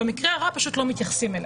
במקרה הרע פשוט לא מתייחסים אליה.